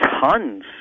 tons